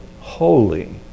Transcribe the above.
holy